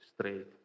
straight